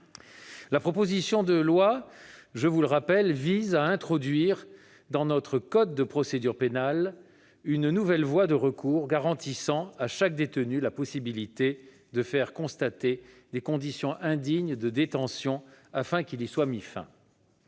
La proposition de loi, je le rappelle, vise à introduire dans notre code de procédure pénale une nouvelle voie de recours garantissant à chaque détenu la possibilité de faire constater des conditions indignes de détention, afin qu'il y soit mis fin.